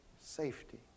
safety